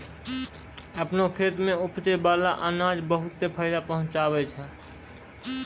आपनो खेत सें उपजै बाला अनाज बहुते फायदा पहुँचावै छै